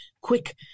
quick